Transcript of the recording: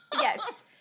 Yes